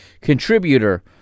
contributor